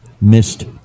missed